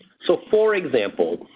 so, for example,